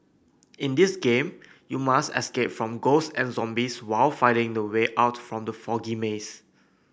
in this game you must escape from ghosts and zombies while finding the way out from the foggy maze